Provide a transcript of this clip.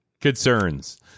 concerns